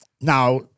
Now